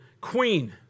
queen